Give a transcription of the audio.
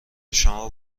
شما